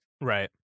Right